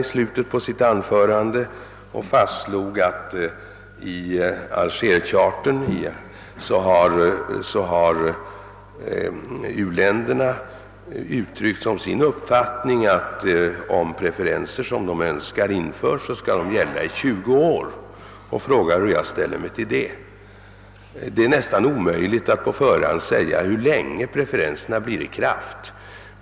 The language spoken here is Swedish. Han fastslog att u-länderna i Algerchartan har uttryckt som sin uppfattning att om de preferenser som de önskar genomförs skall de gälla i tjugo år. Han frågar hur jag ställer mig till det. Det är nästan omöjligt att på förhand säga hur länge preferenserna skall vara i kraft.